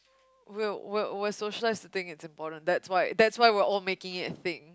we're we're we're socialised to think it's important that's why that's why we're all making it a thing